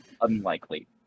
unlikely